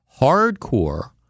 hardcore